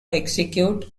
execute